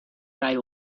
right